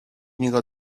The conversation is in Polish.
niego